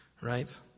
Right